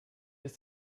ist